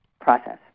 process